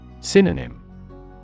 Synonym